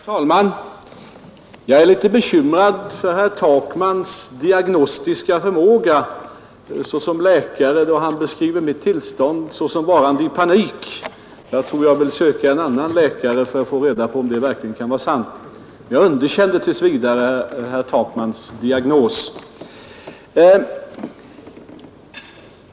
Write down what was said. Herr talman! Jag är litet bekymrad över herr Takmans diagnostiska förmåga som läkare, då han beskriver mitt tillstånd såsom varande i panik. Jag tror att jag vill söka en annan läkare för att få reda om det verkligen kan vara sant. Tills vidare underkänner jag herr Takmans diagnos.